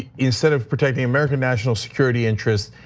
instead of protecting american national security interests,